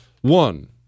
One